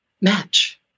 match